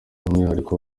umwihariko